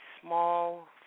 small